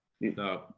No